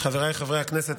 חבריי חברי הכנסת,